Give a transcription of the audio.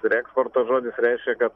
reeksporto žodis reiškia kad